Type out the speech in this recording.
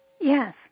Yes